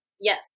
Yes